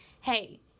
hey